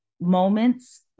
moments